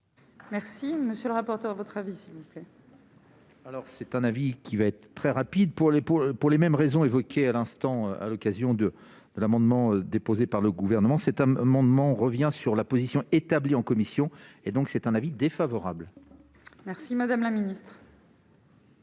Merci, monsieur le rapporteur, votre avis s'il vous plaît. Alors c'est un avis qui va être très rapide pour les, pour les mêmes raisons évoquées à l'instant, à l'occasion de de l'amendement déposé par le gouvernement, c'est un amendement revient sur la position établie en commission et donc c'est un avis défavorable. Merci, Madame la Ministre.